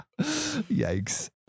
Yikes